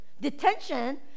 Detention